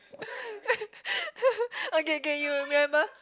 okay K you remember